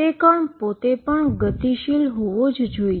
particle પોતે પણ moving હોવો જ જોઇએ